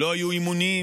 לא היו אימונים.